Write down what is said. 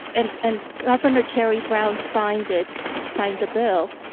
and and governor jerry brown signed it, signed the bill,